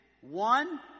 One